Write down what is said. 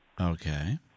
Okay